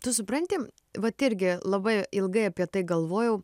tu supranti vat irgi labai ilgai apie tai galvojau